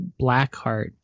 Blackheart